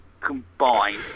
combined